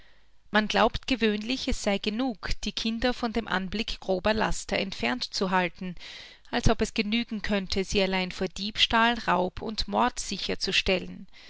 man glaubt gewöhnlich es sei genug die kinder von dem anblick grober laster entfernt zu halten als ob es genügen könnte sie allein vor diebstahl raub und mord